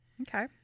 Okay